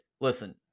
listen